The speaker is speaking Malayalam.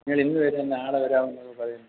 നിങ്ങൾ ഇന്ന് വരും നാളെ വരാം എന്നൊക്കെ പറഞ്ഞ്